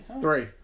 three